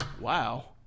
Wow